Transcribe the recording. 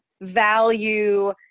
value